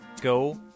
Go